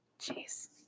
Jeez